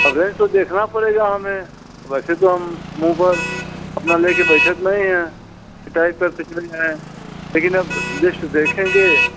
अब यह तो देखना पड़ेगा हमें वैसे तो हम मुँह पर अपना लेकर बैठे तो नहीं हैं टाइप करते चले जाएँ लेकिन अब लिस्ट देखेंगे